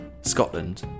Scotland